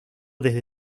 desde